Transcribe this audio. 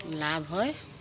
লাভ হয়